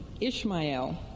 Ishmael